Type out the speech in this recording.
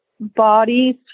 Bodies